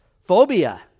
phobia